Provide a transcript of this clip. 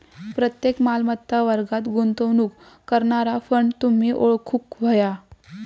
प्रत्येक मालमत्ता वर्गात गुंतवणूक करणारा फंड तुम्ही ओळखूक व्हया